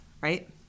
right